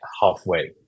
halfway